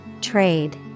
Trade